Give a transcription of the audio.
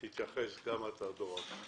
תתייחס גם אתה, דורון.